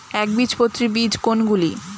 একবীজপত্রী বীজ কোন গুলি?